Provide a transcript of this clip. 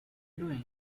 doing